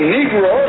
Negro